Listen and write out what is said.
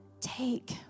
take